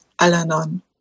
Al-Anon